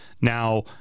now